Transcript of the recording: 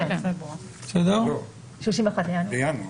לא, בינואר.